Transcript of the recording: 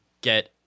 get